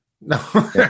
no